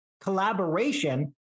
Collaboration